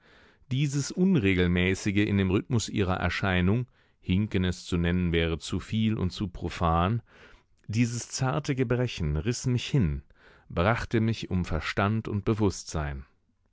dieses unregelmäßige in dem rhythmus ihrer erscheinung hinken es zu nennen wäre zu viel und zu profan dieses zarte gebrechen riß mich hin brachte mich um verstand und bewußtsein